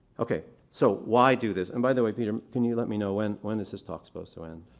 okay, so why do this? and by the way, peter, can you let me know when when is this talk supposed to end?